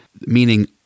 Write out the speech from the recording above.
meaning